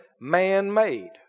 man-made